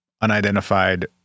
unidentified